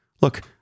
look